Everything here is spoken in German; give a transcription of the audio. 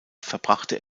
verbrachte